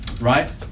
right